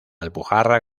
alpujarra